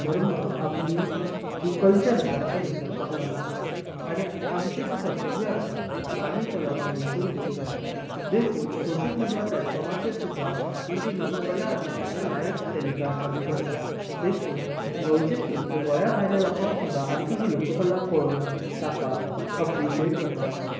आपलो धर्म आपली जी कल्चर आसा तो विसरपाक लागला आनी आमचें ते कर्तव्य आसा की आमी तें लोकांक विसरूंक दिवंक जायना देखून सोशयल मिडिया प्लेटफॉर्माचेर सुद्दां ही जी लोककला ताजी लायव टॅलिकास्ट आमी करता देखून गोंयचेत न्ही तर गोंया भायले लोकांक आमची ही लोककला पळोवंक ताका अप्रिशियट करपाक मेळटात